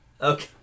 Okay